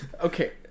Okay